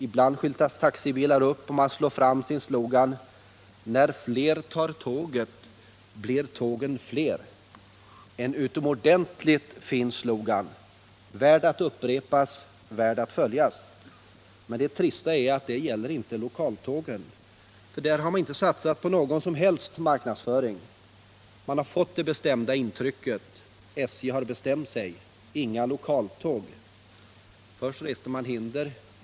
Ibland skyltas taxibilarna upp och man slår fram med sin slogan: ” När fler tar tåget blir tågen fler”. Det är en utomordentligt fin slogan, värd att upprepas och att följas. Men det trista är att detta inte gäller lokaltågen, för där har man inte satsat på någon som helst marknadsföring. Vi får det bestämda intrycket: SJ har bestämt sig — inga lokaltåg. Först reste man hinder.